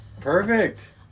Perfect